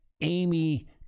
Amy